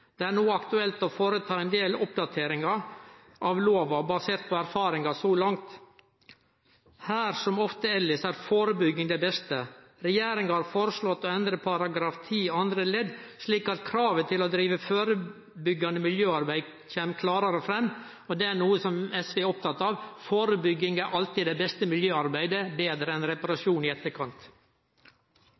Det er no aktuelt å gjere ein del oppdateringar av lova basert på erfaringar så langt. Her, som ofte elles, er førebygging det beste. Regjeringa har foreslått å endre § 10 andre ledd slik at kravet til å drive førebyggande miljøarbeid kjem klarare fram. Det er noko som SV er opptatt av. Førebygging er alltid det beste miljøarbeidet – betre enn reparasjon i etterkant.